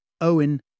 Owen